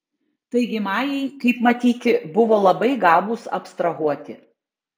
taigi majai kaip matyti buvo labai gabūs abstrahuoti